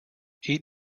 eat